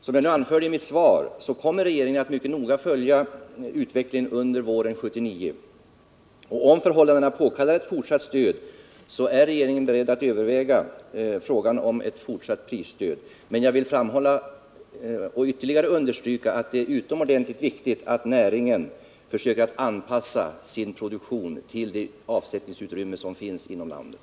Som jag anförde i mitt svar kommer regeringen att mycket noga följa utvecklingen under våren 1979, och om förhållandena påkallar det är regeringen beredd att överväga frågan om ett fortsatt prisstöd. Men jag vill ytterligare understryka att det är utomordentligt viktigt att näringen försöker anpassa sin produktion till det avsättningsutrymme som finns inom landet.